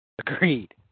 Agreed